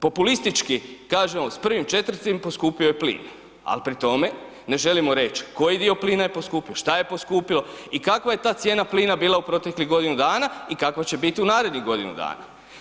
Populistički kažemo s 1.4. poskupio je plin ali pri tome ne želimo reći koji dio plina je poskupio, šta je poskupilo i kakva je ta cijena plina bila u proteklih godina i kakva će bit u narednih godinu dana.